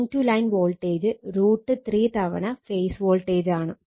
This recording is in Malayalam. ലൈൻ ടു ലൈൻ വോൾട്ടേജ് √3 തവണ ഫേസ് വോൾട്ടേജ് ആണ്